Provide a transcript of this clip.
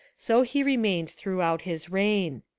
so he remained throughout his reign.